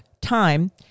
time